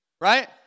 Right